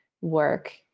work